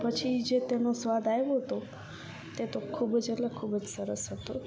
પછી જે તેનો સ્વાદ આવ્યો હતો તે તો ખૂબ જ એટલે ખૂબ જ સરસ હતો